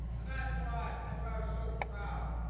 and that's why, that's why i was so proud,